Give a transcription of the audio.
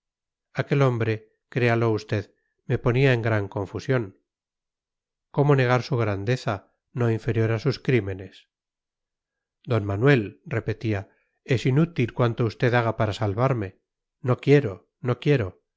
aquel hombre créalo usted me ponía en gran confusión cómo negar su grandeza no inferior a sus crímenes d manuel repetía es inútil cuanto usted haga para salvarme no quiero no quiero